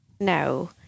No